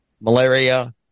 malaria